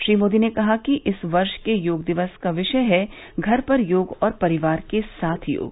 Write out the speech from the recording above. श्री मोदी ने कहा कि इस वर्ष के योग दिवस का विषय है घर पर योग और परिवार के साथ योग